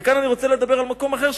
וכאן אני רוצה לדבר על מקום אחר,